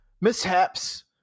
mishaps